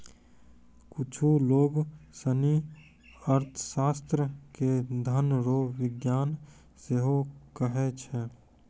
कुच्छु लोग सनी अर्थशास्त्र के धन रो विज्ञान सेहो कहै छै